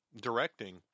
Directing